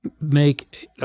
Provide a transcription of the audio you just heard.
make –